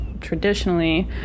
traditionally